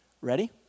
Ready